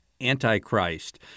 Antichrist